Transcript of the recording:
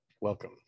welcome